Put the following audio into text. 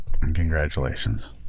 Congratulations